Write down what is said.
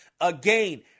Again